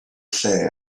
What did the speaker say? lle